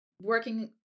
Working